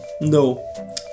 no